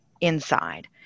inside